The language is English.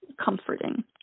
comforting